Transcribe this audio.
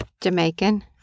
Jamaican